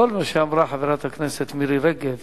כל מה שאמרה חברת הכנסת מירי רגב